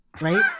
right